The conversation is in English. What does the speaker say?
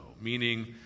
meaning